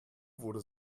wurde